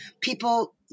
people